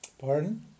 Pardon